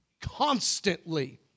constantly